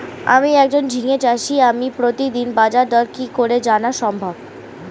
আমি একজন ঝিঙে চাষী আমি প্রতিদিনের বাজারদর কি করে জানা সম্ভব?